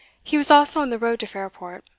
he was also on the road to fairport,